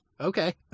okay